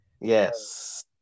yes